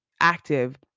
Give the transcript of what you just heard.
active